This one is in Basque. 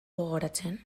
gogoratzen